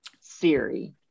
Siri